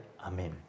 Amen